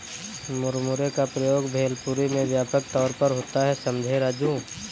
मुरमुरे का प्रयोग भेलपुरी में व्यापक तौर पर होता है समझे राजू